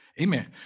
amen